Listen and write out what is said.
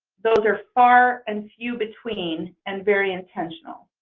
those are far and few between and very intentional.